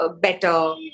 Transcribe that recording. better